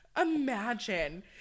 imagine